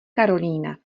karolína